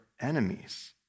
enemies